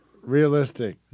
realistic